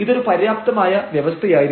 പക്ഷേ ഇത് ഒരു പര്യാപ്തമായ വ്യവസ്ഥയായിരുന്നു